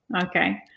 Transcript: Okay